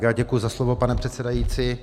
Já děkuji za slovo, pane předsedající.